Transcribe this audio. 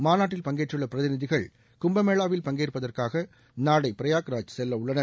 மாநாட்டில் பங்கேற்றுள்ள பிரதிநிதிகள் கும்பமேளாவில் பங்கேற்பதற்காக நாளை பிரயாக்ராஜ் செல்ல உள்ளனர்